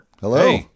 Hello